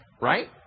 right